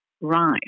right